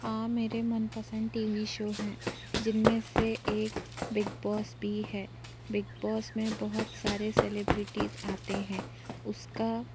हाँ मेरे मनपसंद टी वी शो हैं जिनमें से एक बिगबॉस भी है बिगबॉस में बहुत सारे सेलेब्रिटीज़ आते हैं उसका